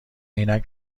عینک